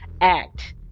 act